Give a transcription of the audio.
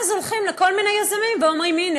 ואז הולכים לכל מיני יזמים ואומרים: הנה,